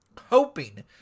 hoping